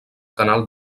canal